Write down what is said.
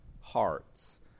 hearts